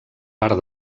part